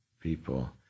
people